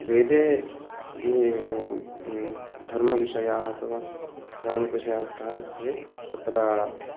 वेदे ये धर्मविषयाः अथवा धार्मिकविषयाः ते तत्र